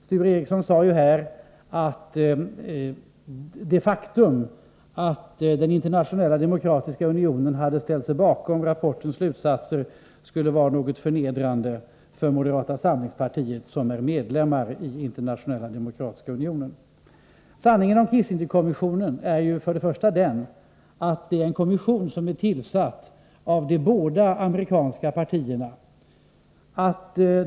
Sture Ericson sade att det faktum att Internationella demokratiska unionen hade ställt sig bakom rapportens slutsatser skulle vara något förnedrande för moderata samlingspartiet, som är medlem i Internationella demokratiska unionen. Sanningen om Kissingerkommissionen är den att det är en kommission, som tillsatts av båda de amerikanska partierna.